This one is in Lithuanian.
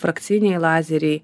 frakciniai lazeriai